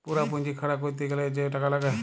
পুরা পুঁজি খাড়া ক্যরতে গ্যালে যে টাকা লাগ্যে